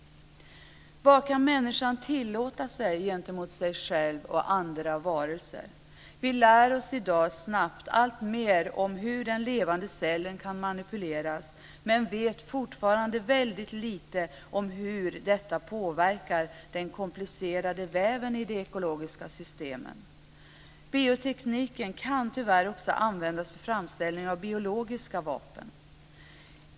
Vad kan människan tillåta sig gentemot sig själv och andra varelser? Vi lär oss i dag snabbt alltmer om hur den levande cellen kan manipuleras, men vet fortfarande väldigt lite om hur detta påverkar den komplicerade väven i de ekologiska systemen. Biotekniken kan tyvärr också användas för framställning av biologiska vapen.